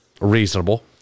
reasonable